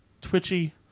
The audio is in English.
twitchy